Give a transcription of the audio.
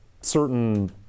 certain